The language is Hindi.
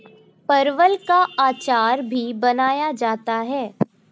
परवल का अचार भी बनाया जाता है